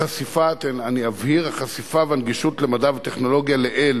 אני אבהיר: החשיפה והנגישות למדע ולטכנולוגיה לעיל